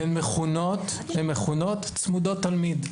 הן מכונות 'צמודות תלמיד'.